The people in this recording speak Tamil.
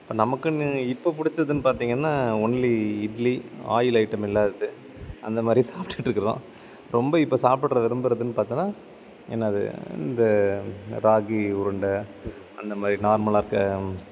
இப்போ நமக்குன்னு இப்போ பிடிச்சதுன்னு பார்த்தீங்கன்னா ஒன்லி இட்லி ஆயில் ஐட்டம் இல்லாதது அந்த மாதிரி சாப்பிட்டுட்ருக்குறோம் ரொம்ப இப்போ சாப்பிட்ற விரும்புகிறதுன்னு பார்த்தோன்னா என்னது இந்த ராகி உருண்டை அந்த மாதிரி நார்மலாக இருக்கற